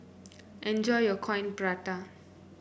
enjoy your Coin Prata